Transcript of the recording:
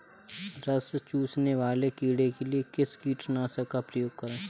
रस चूसने वाले कीड़े के लिए किस कीटनाशक का प्रयोग करें?